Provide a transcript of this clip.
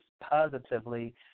positively